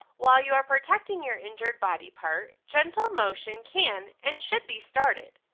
while you are protecting your injured body part, gentle motion can and should be started.